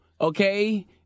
Okay